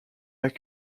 pas